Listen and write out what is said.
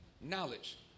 knowledge